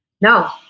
No